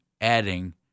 adding